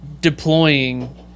deploying